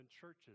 churches